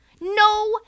No